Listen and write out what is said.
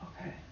Okay